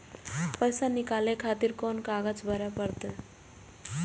पैसा नीकाले खातिर कोन कागज भरे परतें?